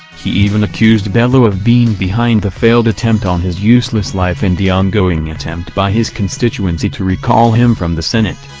he even accused bello of being behind the failed attempt on his useless life and the on-going attempt by his constituency to recall him from the senate.